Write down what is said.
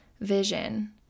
vision